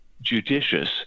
judicious